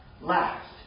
last